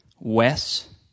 Wes